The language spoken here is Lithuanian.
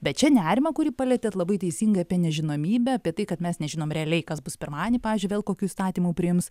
bet čia nerimą kurį palietėt labai teisingai apie nežinomybę apie tai kad mes nežinom realiai kas bus pirmadienį pavyzdžiui vėl kokių įstatymų priims